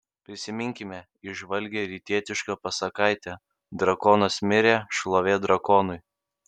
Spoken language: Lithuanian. prisiminkime įžvalgią rytietišką pasakaitę drakonas mirė šlovė drakonui